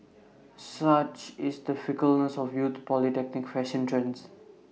such is the fickleness of youthful polytechnic fashion trends